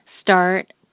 start